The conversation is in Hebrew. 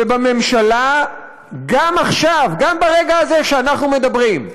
ובממשלה גם עכשיו, גם ברגע הזה שאנחנו מדברים,